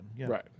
Right